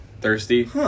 thirsty